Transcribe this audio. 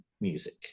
music